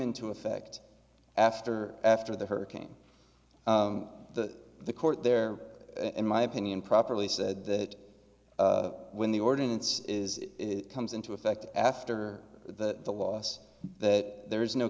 into effect after after the hurricane the the court there in my opinion properly said that when the ordinance is it comes into effect after the loss that there is no